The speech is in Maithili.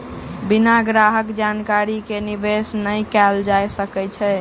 बिना ग्राहक जानकारी के निवेश नै कयल जा सकै छै